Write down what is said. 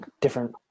different